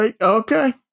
okay